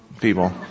people